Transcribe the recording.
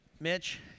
Mitch